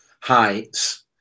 heights